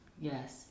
Yes